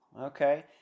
Okay